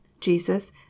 Jesus